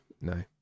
No